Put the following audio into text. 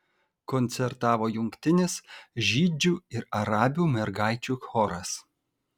koncertavo jungtinis žydžių ir arabių mergaičių choras